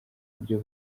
buryo